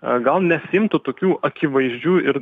gal nesiimtų tokių akivaizdžių ir